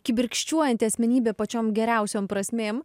kibirkščiuojanti asmenybė pačiom geriausiom prasmėm